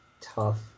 tough